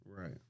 Right